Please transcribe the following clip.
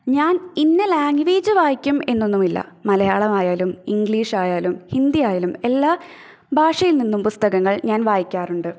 ഞാന് ഇന്ന ലാംഗ്വേജ് വായിക്കും എന്നൊന്നുമില്ല മലയാളമായാലും ഇംഗ്ലീഷായാലും ഹിന്ദിയായാലും എല്ലാ ഭാഷയില് നിന്നും പുസ്തകങ്ങള് ഞാന് വായിക്കാറുണ്ട്